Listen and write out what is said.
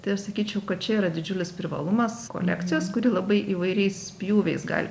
tai aš sakyčiau kad čia yra didžiulis privalumas kolekcijos kuri labai įvairiais pjūviais gali